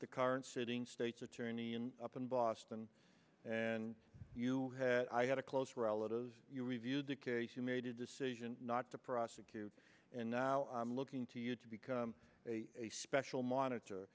the current sitting state's attorney and up in boston and you had i had a close relative you reviewed the case you made a decision not to prosecute and now i'm looking to you to become a special monitor